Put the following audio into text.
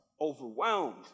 overwhelmed